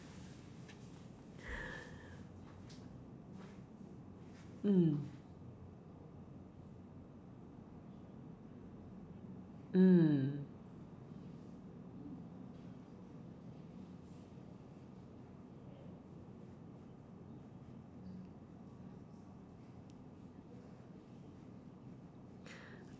mm mm